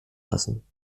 lassen